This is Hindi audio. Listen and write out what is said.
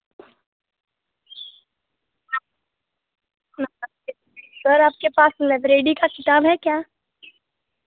सर आपके पास लाइब्रेरी का किताब है क्या